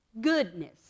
Goodness